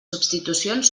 substitucions